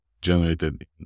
generated